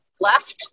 left